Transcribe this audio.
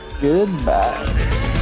goodbye